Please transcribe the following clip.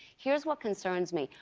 heres what concerns me.